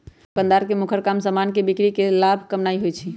दोकानदार के मुखर काम समान के बिक्री कऽ के लाभ कमानाइ होइ छइ